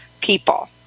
people